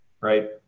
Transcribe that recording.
right